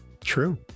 true